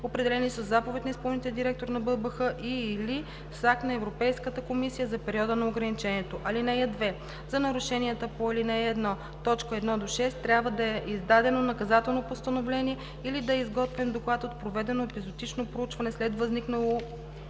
определени със заповед на изпълнителния директор на БАБХ и/или с акт на Европейската комисия – за периода на ограничението. (2) За нарушенията по ал. 1, т. 1 – 6 трябва да е издадено наказателно постановление или да е изготвен доклад от проведено епизоотично проучване след възникнало